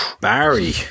Barry